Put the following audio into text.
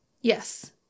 Yes